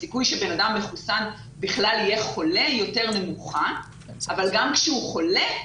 הסיכוי שבן אדם מחוסן בכלל יהיה חולה יותר נמוך אבל גם כשהוא חולה,